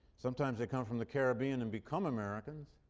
sometimes they come from the caribbean and become americans.